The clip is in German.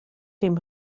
dem